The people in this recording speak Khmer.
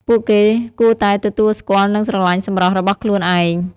ពួកគេគួរតែទទួលស្គាល់និងស្រឡាញ់សម្រស់របស់ខ្លួនឯង។